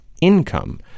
income